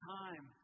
time